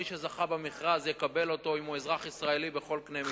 ומי שזכה במכרז יקבל את הקרקע אם הוא אזרח ישראלי בכל קנה-מידה.